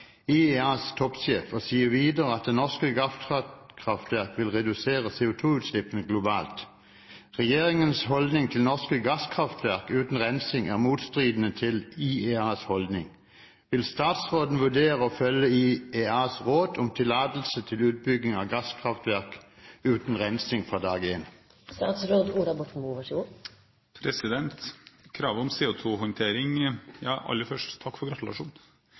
i andre land, ifølge IEA. Å erstatte kull med gass er fornuftig, uttaler Nobuo Tanaka, IEAs toppsjef, og sier videre at norske gasskraftverk vil redusere CO2-utslippene globalt. Regjeringens holdning til norske gasskraftverk uten rensing er i motstrid til IEAs holdning. Vil statsråden vurdere å følge IEAs råd om tillatelse til bygging av gasskraftverk uten rensing fra dag én?» Aller først: Takk for gratulasjonen!